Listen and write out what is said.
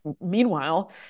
meanwhile